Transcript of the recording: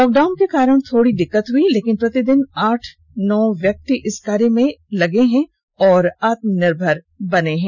lockdown के कारण थोड़ी दिक्कत हुई लेकिन प्रतिदिन आठ नौ व्यक्ति इस कार्य में लगे हुए हैं और आत्मनिर्भर बन गए हैं